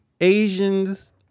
Asians